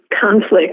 conflict